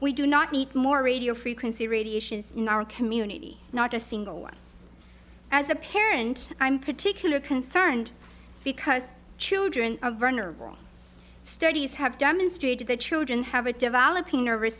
we do not need more radio frequency radiation in our community not a single one as a parent i'm particularly concerned because children are vulnerable studies have demonstrated that children have a developing nervous